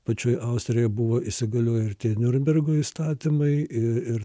pačioj austrijoje buvo įsigalioję niurnbergo įstatymai ir